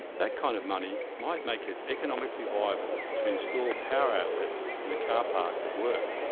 that kind of money might make it economically viable to install power outlets in the carpark at work.